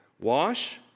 wash